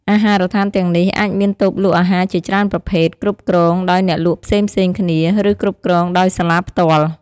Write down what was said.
អាហារដ្ឋានទាំងនេះអាចមានតូបលក់អាហារជាច្រើនប្រភេទ គ្រប់គ្រងដោយអ្នកលក់ផ្សេងៗគ្នា ឬគ្រប់គ្រងដោយសាលាផ្ទាល់។